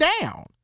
down